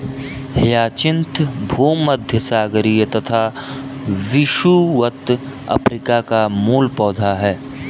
hyacinth भूमध्यसागरीय तथा विषुवत अफ्रीका का मूल पौधा है